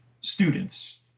students